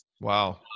Wow